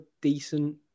decent